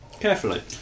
Carefully